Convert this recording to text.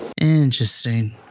Interesting